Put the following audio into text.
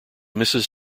mrs